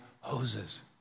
hoses